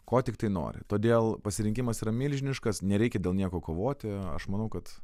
ko tiktai nori todėl pasirinkimas yra milžiniškas nereikia dėl nieko kovoti aš manau kad